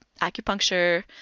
acupuncture